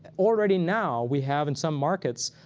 and already now we have, in some markets,